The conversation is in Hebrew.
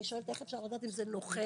איך אפשר לדעת אם זה נוכל?